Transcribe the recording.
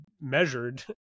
measured